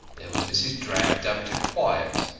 there was mrs. drabdump to quiet,